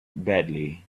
badly